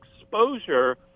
exposure